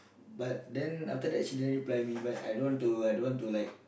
but then after that she didn't reply me but I don't want to I don't want to like